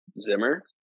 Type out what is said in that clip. Zimmer